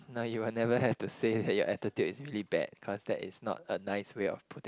no you will never have to say that your attitude is really bad cause that is not a nice way of putting